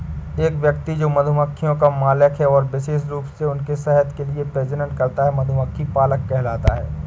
एक व्यक्ति जो मधुमक्खियों का मालिक है और विशेष रूप से उनके शहद के लिए प्रजनन करता है, मधुमक्खी पालक कहलाता है